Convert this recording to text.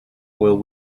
will